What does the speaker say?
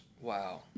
Wow